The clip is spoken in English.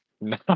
No